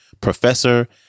professor